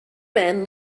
men